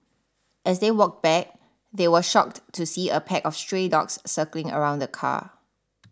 as they walked back they were shocked to see a pack of stray dogs circling around the car